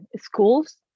schools